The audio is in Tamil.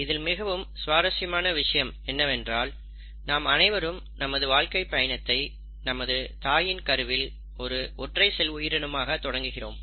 இதில் மிகவும் சுவாரசியமான விஷயம் என்னவென்றால் நாம் அனைவரும் நமது வாழ்க்கை பயணத்தை நமது தாயின் கருவில் ஒரு ஒற்றை செல் உயிரினமாக தொடங்குகிறோம்